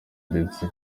ndetse